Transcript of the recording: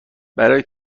برای